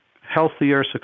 healthier